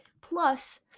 Plus